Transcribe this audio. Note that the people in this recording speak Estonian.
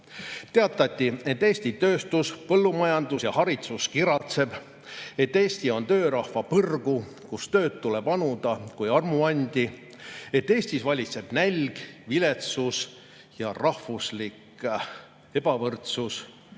Teatati, et Eesti tööstus, põllumajandus ja haridus kiratseb, et Eesti on töörahva põrgu, kus tööd tuleb anuda kui armuandi, et Eestis valitseb nälg, viletsus ja rahvuslik ebavõrdsus.